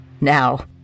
Now